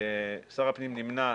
שר הפנים נמנע